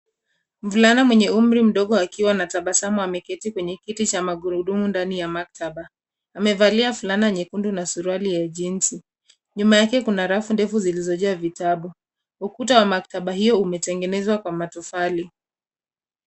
Mvulana mwenye umri mdogo akiwa na tabasamu ameketi kwenye kiti cha magurudumu ndani ya maktaba. Amevalia flana nyekundu na suruali ya jinsi. Nyuma yake kuna rafu ndefu zilizojea vitabu. Ukuta wa maktaba hiyo umetengenezwa kwa matofali.